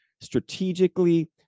strategically